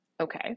Okay